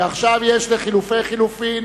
ועכשיו יש לחלופי חלופין,